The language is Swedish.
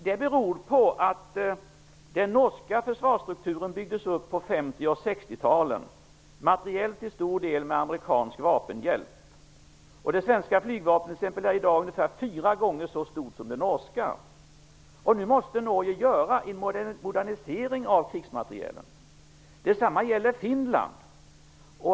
Det beror på att den norska försvarsstrukturen byggdes upp på 50 och 60-talet, materiellt till stor del med amerikansk vapenhjälp. I dag är t.ex. det svenska flygvapnet ungefär fyra gånger så stort som det norska. Nu måste Norge göra en modernisering av sin krigsmateriel. Det samma gäller Finland.